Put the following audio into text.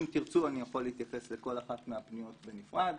אם תרצו, אני יכול להתייחס לכל אחת מהפניות בנפרד.